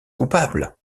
coupable